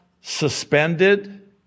suspended